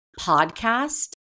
podcast